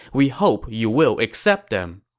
we hope you will accept them.